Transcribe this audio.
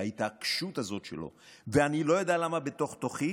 וההתעקשות הזאת שלו, ואני לא יודע למה, בתוך-תוכי